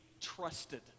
trusted